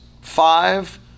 Five